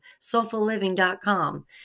SoulfulLiving.com